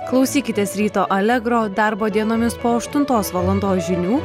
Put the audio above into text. klausykitės ryto allegro darbo dienomis po aštuntos valandos žinių